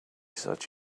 such